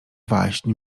waśń